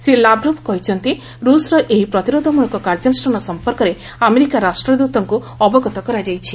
Shri Lavrov କହିଛନ୍ତି ରୁଷ୍ର ଏହି ପ୍ରତିରୋଧମୂଳକ କାର୍ଯ୍ୟାନୁଷ୍ଠାନ ସମ୍ପର୍କରେ ଆମେରିକା ରାଷ୍ଟ୍ରଦୃତଙ୍କୁ ଅବଗତ କରାଯାଇଛି